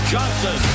Johnson